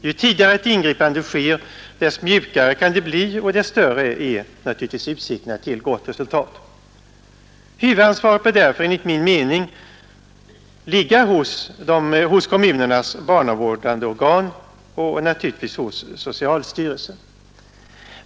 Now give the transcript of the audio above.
Ju tidigare ett ingripande sker desto mjukare kan det bli och desto större är naturligtvis utsikterna till ett gott resultat. Huvudansvaret bör därför enligt min mening ligga hos kommunernas barnavårdande organ och naturligtvis hos socialstyrelsen.